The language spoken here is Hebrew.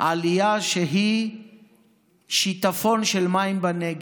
עלייה שהיא שיטפון של מים בנגב,